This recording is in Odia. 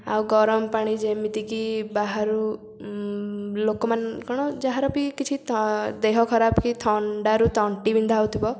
ଆଉ ଗରମ ପାଣି ଯେମିତିକି ବାହାରୁ ଲୋକମାନେ କଣ ଯାହାର ବି କିଛି ତ ଦେହ ଖରାପ ହେଇଥାଉ ଥଣ୍ଡାରୁ ତଣ୍ଟି ବିନ୍ଧା ହଉଥିବ